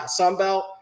Sunbelt